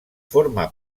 forma